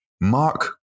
Mark